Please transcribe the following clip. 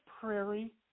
Prairie